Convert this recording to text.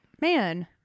man –